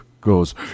goes